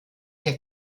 der